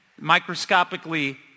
microscopically